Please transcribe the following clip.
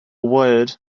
word